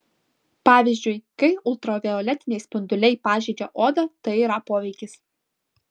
pavyzdžiui kai ultravioletiniai spinduliai pažeidžia odą tai yra poveikis